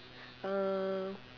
uh